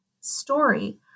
story